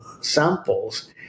samples